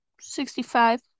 sixty-five